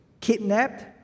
kidnapped